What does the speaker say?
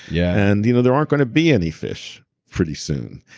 yeah and you know there aren't going to be any fish pretty soon.